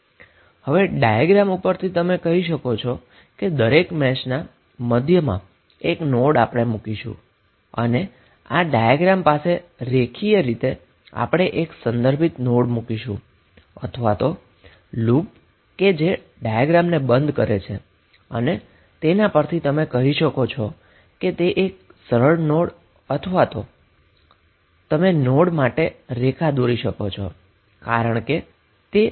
હવે ડાયાગ્રામ માં દરેક મેશ ના મધ્યમાં આપણે એક નોડ મુકીશું અને આ ડાયાગ્રામ અથવા તો લૂપ કે જે ડાયાગ્રામને બંધ કરે છે તેની પાસે લાઈન તરીકે આપણે એક રેફરન્સ નોડ આપીશુ અને તેના પરથી તમે તેને એક સરળ નોડ કહી શકો છો અથવા તો તમે નોડ માટે લાઈન દોરી શકો છો કારણ કે જોડવું તમારા માટે સરળ છે